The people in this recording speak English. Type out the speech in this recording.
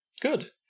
Good